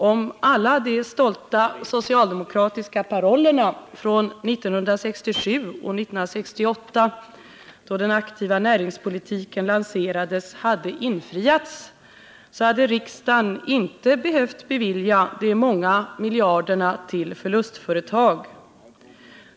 Om alla de stolta socialdemokratiska parollerna från 1967 och 1968, då den aktiva näringspolitiken lanserades, hade infriats, hade riksdagen inte behövt bevilja de många miljarderna till förlustföretag.